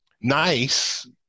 nice